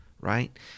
right